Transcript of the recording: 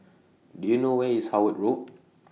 Do YOU know Where IS Howard Road